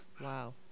Wow